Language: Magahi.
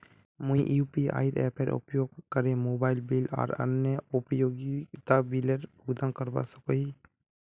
मुई यू.पी.आई एपेर उपयोग करे मोबाइल बिल आर अन्य उपयोगिता बिलेर भुगतान करवा सको ही